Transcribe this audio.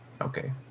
Okay